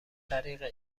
طریق